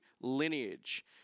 lineage